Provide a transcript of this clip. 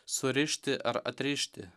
surišti ar atrišti